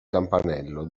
campanello